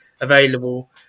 available